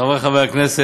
חברי חברי הכנסת,